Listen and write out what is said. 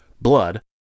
blood